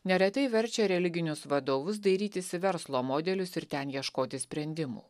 neretai verčia religinius vadovus dairytis į verslo modelius ir ten ieškoti sprendimų